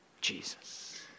Jesus